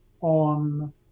on